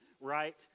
right